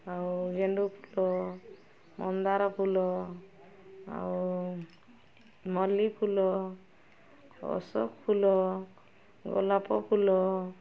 ଆଉ ଗେଣ୍ଡୁ ଫୁଲ ମନ୍ଦାର ଫୁଲ ଆଉ ମଲ୍ଲି ଫୁଲ ଅଶୋକ ଫୁଲ ଗୋଲାପ ଫୁଲ